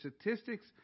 statistics